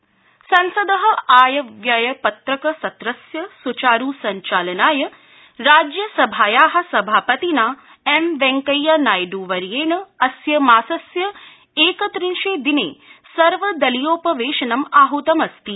वेंकैया नायड् संसद आय व्यय पत्रक सत्रस्य सुचारू संचालनाय राज्यसभाया सभापतिना एम वेंकैया नायड्र वर्येण अस्य मासस्य एकत्रिंशे दिने सर्वदलीयोपवेशनं आहतमस्ति